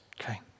okay